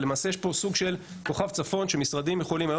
ולמעשה יש פה סוג של כוכב צפון שמשרדים יכולים היום